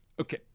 Okay